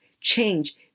change